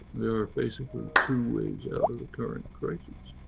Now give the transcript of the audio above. there are basically two ways out of the current crises.